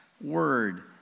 word